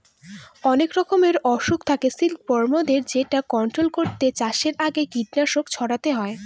অনেক রকমের অসুখ থাকে সিল্কবরমদের যেটা কন্ট্রোল করতে চাষের আগে কীটনাশক ছড়াতে হয়